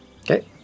Okay